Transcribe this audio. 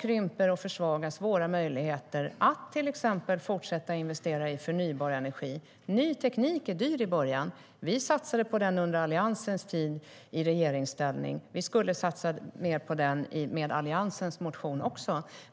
krymper och försvagas också våra möjligheter att till exempel fortsätta att investera i förnybar energi. Ny teknik är dyr i början. Vi satsade på den under Alliansens tid i regeringsställning. Vi skulle satsa mer på den med Alliansens motion också.